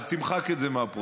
אז תמחק את זה מהפרוטוקול,